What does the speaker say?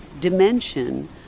dimension